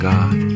God